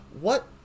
what-